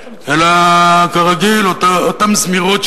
אלא כרגיל אותן זמירות,